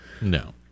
No